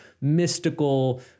mystical